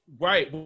Right